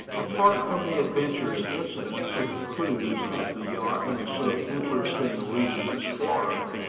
apart from the adventures incident to the cruise of the yacht in so interesting a region as florida,